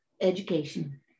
education